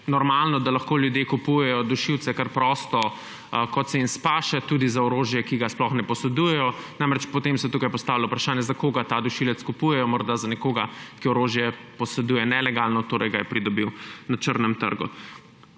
normalno, da lahko ljudje kupujejo dušilce kar prosto, kot jim paše, tudi za orožje, ki ga sploh ne posedujejo. Potem se tukaj postavlja vprašanje, za koga ta dušilec kupuje, morda za nekoga, ki orožje poseduje nelegalno, torej ga je pridobil na črnem trgu.